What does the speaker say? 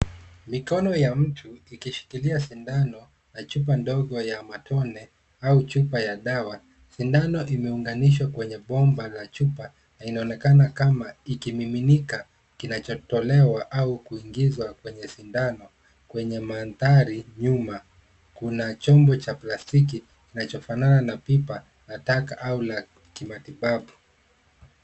Mikono ya mtu ikishikilia sindano na chupa ndogo ya matone au chupa ya dawa ,sindano imeunganishwa kwenye bomba la chupa inaonekana kama ikimiminika kinachotolewa au kuingizwa kwenye sindano kwenye mandhari nyuma kuna chombo cha plastiki kinachofanana na pipa nataka au la kimatibabu.